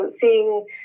seeing